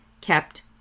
kept